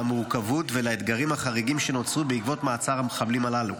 למורכבות ולאתגרים החריגים שנוצרו בעקבות מעצר המחבלים הללו,